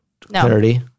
clarity